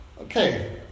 Okay